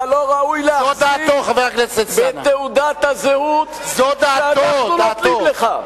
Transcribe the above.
אתה לא ראוי להחזיק בתעודת הזהות שאנחנו נותנים לך.